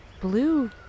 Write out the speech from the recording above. blue